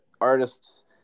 artists